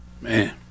Man